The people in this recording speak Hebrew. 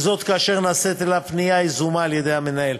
וזאת כאשר נעשית אליו פנייה יזומה על-ידי המנהל.